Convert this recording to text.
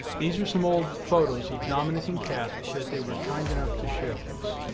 these are some old photos of dominique and cathy that they were kind enough to share with us.